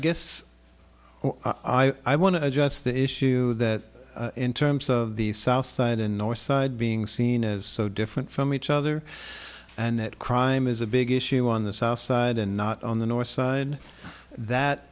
guess i want to address the issue that in terms of the south side and north side being seen as so different from each other and that crime is a big issue on the south side and not on the north and that